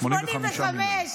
ו-5, 85 מיליון.